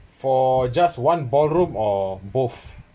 for just one ballroom or both